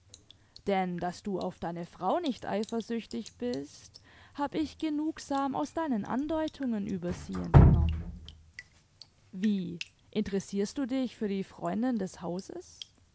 denn daß du auf deine frau nicht eifersüchtig bist hab ich genugsam aus deinen andeutungen über sie entnommen wie interessirst du dich für die freundin des hauses